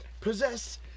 possess